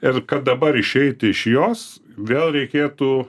ir kad dabar išeiti iš jos vėl reikėtų